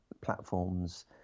platforms